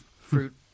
fruit